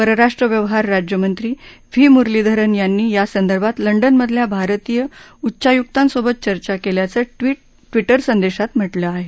परराष्ट्र व्यवहार राज्यमंत्री व्ही मुरलीधरन यांनी यासंदर्भात लंडनमधल्या भारतीय उच्चायुकांसोबत चर्चा केल्याचं ट्विटरसंदेशात म्हटलं आहे